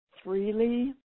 Freely